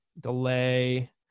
delay